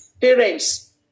parents